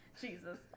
Jesus